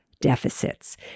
deficits